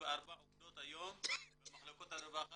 24 עובדות היום במחלקות הרווחה